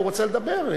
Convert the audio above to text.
הסיעה.